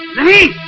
me.